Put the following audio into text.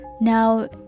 Now